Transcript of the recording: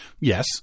Yes